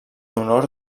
honor